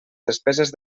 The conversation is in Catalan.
despeses